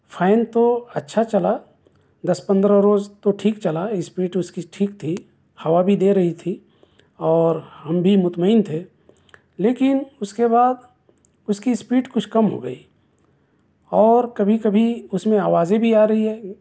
fan تو اچھا چلا دس پندرہ روز تو ٹھیک چلا اسپیٹ اس کی ٹھیک تھی ہوا بھی دے رہی تھی اور ہم بھی مطمئن تھے لیکن اس کے بعد اس کی اسپیٹ کچھ کم ہو گئی اور کبھی کبھی اس میں آوازیں بھی آر ہی ہے